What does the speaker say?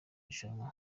rushanwa